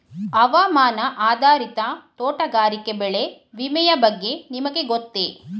ಹವಾಮಾನ ಆಧಾರಿತ ತೋಟಗಾರಿಕೆ ಬೆಳೆ ವಿಮೆಯ ಬಗ್ಗೆ ನಿಮಗೆ ಗೊತ್ತೇ?